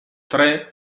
tre